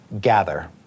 gather